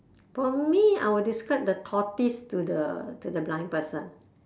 for me I would describe the tortoise to the to the blind person